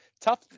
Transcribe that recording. tough